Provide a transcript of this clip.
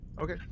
Okay